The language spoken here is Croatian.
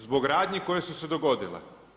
Zbog radnji koje su se dogodile.